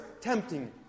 tempting